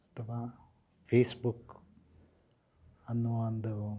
ಅಥವಾ ಫೇಸ್ಬುಕ್ ಅನ್ನುವ ಒಂದು